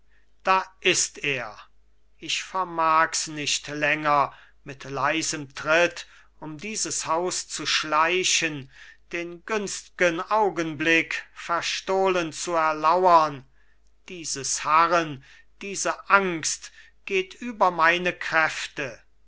da ist er ich vermags nicht länger mit leisem tritt um dieses haus zu schleichen den günstgen augenblick verstohlen zu erlauern dieses harren diese angst geht über meine kräfte